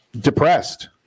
depressed